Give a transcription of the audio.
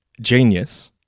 genius